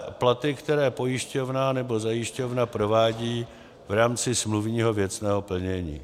b) platby, které pojišťovna nebo zajišťovna provádí v rámci smluvního věcného plnění;